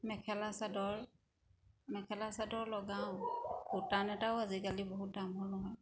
মেখেলা চাদৰ মেখেলা চাদৰ লগাওঁ বুটাম এটাও আজিকালি বহুত দাম হ'ল হয়